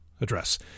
address